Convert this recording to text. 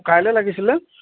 কাইলে লাগিছিলে